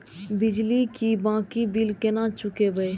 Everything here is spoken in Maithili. बिजली की बाकी बील केना चूकेबे?